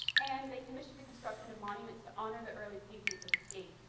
and they commissioned the construction of monuments to honor the early patrons of the state.